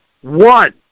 one